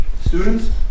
students